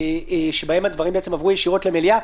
שבהם הדברים עברו ישירות למליאה,